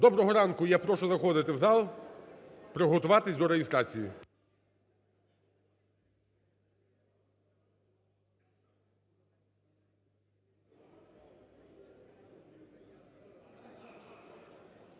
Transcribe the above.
Доброго ранку! Я прошу заходити в зал. Приготуватись до реєстрації.